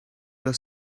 your